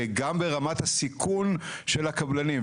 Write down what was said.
וגם ברמת הסיכון של הקבלנים.